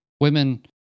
women